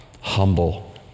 humble